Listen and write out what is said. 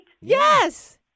Yes